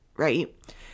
right